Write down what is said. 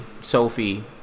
Sophie